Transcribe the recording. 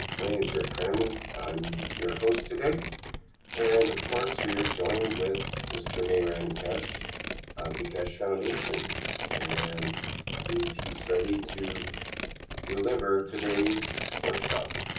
my name is rick crammond, i'm your host today and of course we are joined with mr. mehran keshe of the keshe foundation and i believe he's ready to deliver today's workshop.